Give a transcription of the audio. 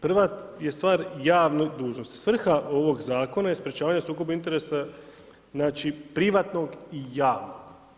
Prva je stvar javna dužnost, svrha ovog zakona je sprečavanje sukoba interesa privatnog i javnog.